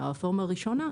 מהרפורמה הראשונה,